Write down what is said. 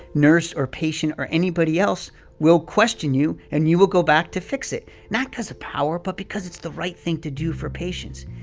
nurse or patient or anybody else will question you, and you will go back to fix it not because of power but because it's the right thing to do for patients.